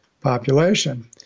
population